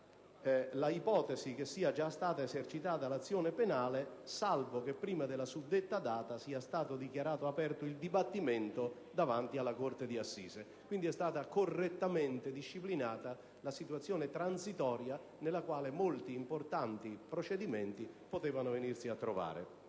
2, sia già stata esercitata l'azione penale salvo che prima della suddetta data sia stato dichiarato aperto il dibattimento davanti alla corte d'assise. Quindi, è stata correttamente disciplinata la situazione transitoria nella quale molti importanti procedimenti potevano venirsi a trovare.